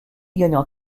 gagnant